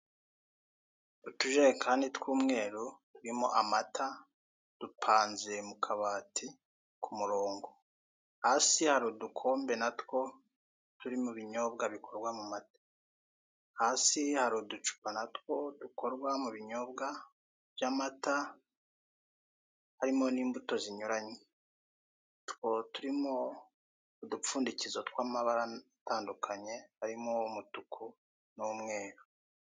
white small jerrycans containing milk are stored align in the shelf down below there is small cups containing drink product that comes from milk down below there are small bottles containing drink product that comes from milk with different fruits, closed with red and white caps.